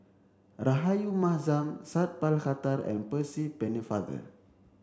Rahayu Mahzam Sat Pal Khattar and Percy Pennefather